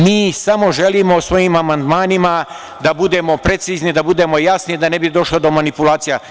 Mi smo želimo svojim amandmanima da budemo precizni, da budemo jasni, da ne bi došlo do manipulacija.